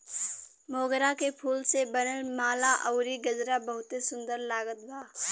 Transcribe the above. मोगरा के फूल से बनल माला अउरी गजरा बहुते सुन्दर लागत बा